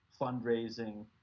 fundraising